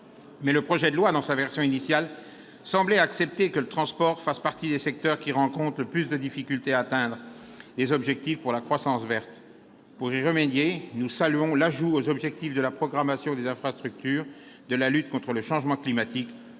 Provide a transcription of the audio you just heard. du projet de loi, le Gouvernement semblait pourtant accepter que le transport fasse partie des secteurs qui rencontrent le plus de difficultés à atteindre les objectifs pour la croissance verte. Pour y remédier, nous saluons l'ajout aux objectifs de la programmation des infrastructures de la lutte contre le changement climatique